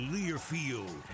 Learfield